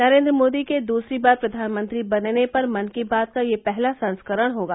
नरेन्द्र मोदी के दूसरी बार प्रधानमंत्री बनने पर मन की बात का यह पहला संस्करण होगा